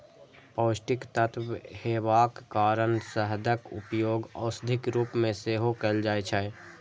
पौष्टिक तत्व हेबाक कारण शहदक उपयोग औषधिक रूप मे सेहो कैल जाइ छै